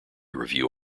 review